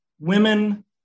Women